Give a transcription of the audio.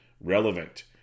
relevant